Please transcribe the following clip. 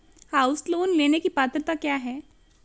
House loan लेने की पात्रता क्या है?